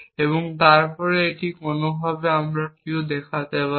এবং তারপরে এটি কোনওভাবে আমরা q দেখাতে পারি